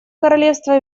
королевства